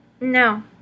No